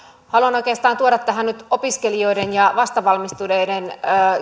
haluan oikeastaan tuoda tähän nyt opiskelijoiden ja vastavalmistuneiden